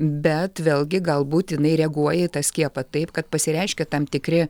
bet vėlgi galbūt jinai reaguoja į tą skiepą taip kad pasireiškia tam tikri